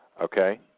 Okay